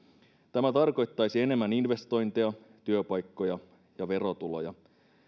tämä tarkoittaisi enemmän investointeja työpaikkoja ja verotuloja